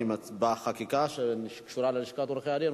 בחקיקה שקשורה ללשכת עורכי-הדין,